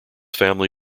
family